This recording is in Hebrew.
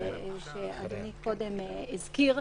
שאדוני קודם הזכיר,